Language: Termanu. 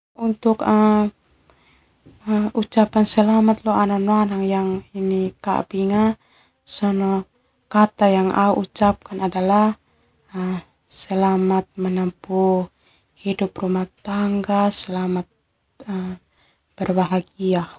Ucapan selamat leo au nonoana yang kabing sona kata yang au ucapakan selamat menempuh hidup rumah tangga selamat berbahagia.